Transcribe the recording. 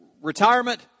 retirement